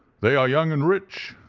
they are young and rich,